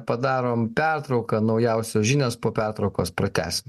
padarom pertrauką naujausios žinios po pertraukos pratęsim